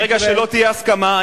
ברגע שלא תהיה הסכמה,